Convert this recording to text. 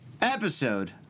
episode